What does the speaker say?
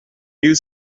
you